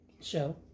show